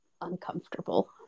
uncomfortable